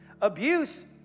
Abuse